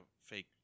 fake